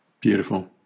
beautiful